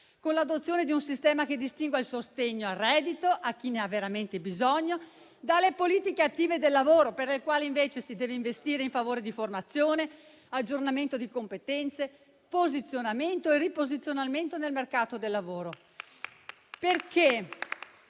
con l'adozione di un sistema che distingua il sostegno al reddito a chi ne ha veramente bisogno dalle politiche attive del lavoro, per le quali invece si deve investire in favore di formazione, aggiornamento di competenze, posizionamento e riposizionamento nel mercato del lavoro.